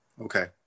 Okay